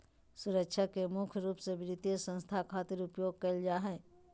सुरक्षा के मुख्य रूप से वित्तीय संस्था खातिर उपयोग करल जा हय